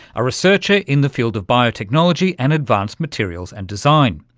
a researcher in the field of biotechnology and advanced materials and design.